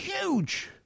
huge